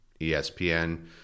ESPN